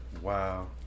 Wow